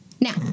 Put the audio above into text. Now